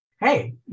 hey